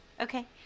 Okay